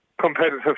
Competitive